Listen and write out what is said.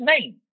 name